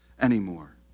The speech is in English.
anymore